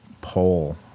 poll